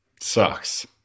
Sucks